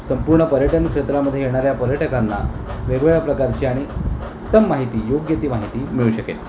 संपूर्ण पर्यटन क्षेत्रामध्ये येणाऱ्या पर्यटकांना वेगवेगळ्या प्रकारची आणि उत्तम माहिती योग्य ती माहिती मिळू शकेल